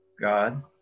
God